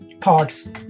parts